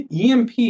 EMP